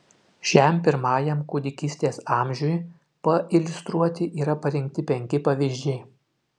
šiam pirmajam kūdikystės amžiui pailiustruoti yra parinkti penki pavyzdžiai